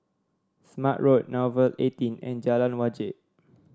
Smart Road Nouvel eighteen and Jalan Wajek